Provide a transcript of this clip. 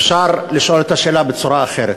אפשר לשאול את השאלה בצורה אחרת.